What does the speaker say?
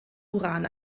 uran